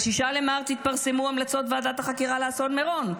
ב-6 במרץ התפרסמו המלצות ועדת החקירה לאסון מירון.